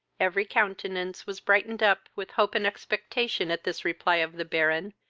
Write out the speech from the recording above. every countenance was brightened up with hope and expectation at this reply of the baron,